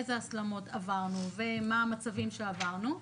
איזה הסלמות עברנו ומה המצבים שעברנו.